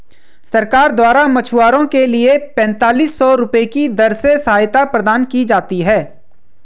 सरकार द्वारा मछुआरों के लिए पेंतालिस सौ रुपये की दर से सहायता प्रदान की जाती है